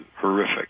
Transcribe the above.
horrific